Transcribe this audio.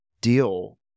deal